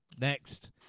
next